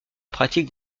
pratique